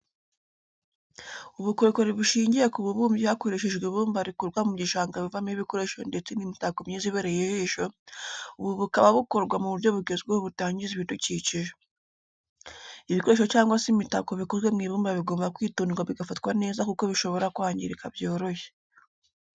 Ubukorikori bushingiye ku bubumbyi hakoreshejwe ibumba rikurwa mu gishanga buvamo ibikoresho ndetse n'imitako myiza ibereye ijisho, ubu bukaba bukorwa mu buryo bugezweho butangiza ibidukikije. Ibikoresho cyangwa se imitako bikozwe mu ibumba bigomba kwitonderwa bigafatwa neza kuko bishobora kwangirika byoroshye.